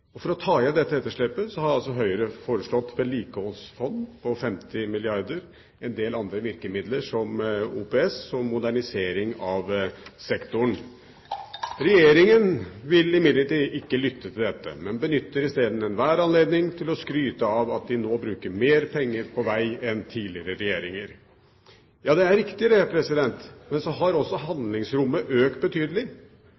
For å ta igjen dette etterslepet har Høyre foreslått et vedlikeholdsfond på 50 milliarder kr og en del andre virkemidler som OPS, som modernisering av sektoren. Regjeringen vil imidlertid ikke lytte til dette, men benytter i stedet enhver anledning til å skryte av at de nå bruker mer penger på veg enn tidligere regjeringer. Ja, det er riktig, men så har også